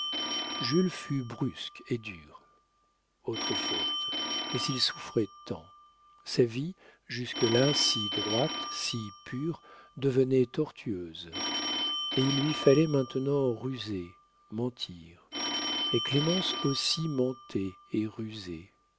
jules fut brusque et dur autre faute mais il souffrait tant sa vie jusque-là si droite si pure devenait tortueuse et il lui fallait maintenant ruser mentir et clémence aussi mentait et rusait